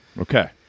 Okay